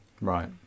Right